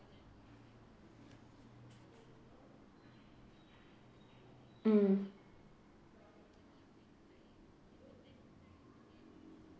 mm